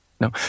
No